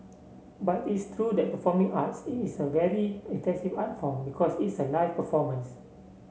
but it's true that performing arts it is a very intensive art form because it's a live performance